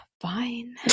Fine